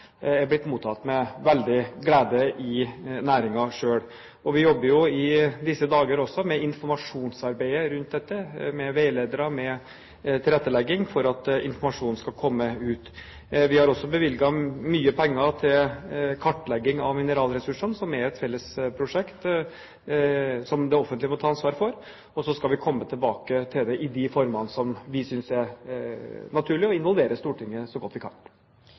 er blitt mottatt med veldig glede i næringen selv. Vi jobber i disse dager også med informasjonsarbeidet rundt dette, med veiledere og med tilrettelegging, slik at informasjon skal komme ut. Vi har også bevilget mye penger til kartlegging av mineralressursene, et felles prosjekt som det offentlige må ta ansvar for. Så skal vi komme tilbake til dette i den form vi synes er naturlig, og involvere Stortinget så godt vi kan.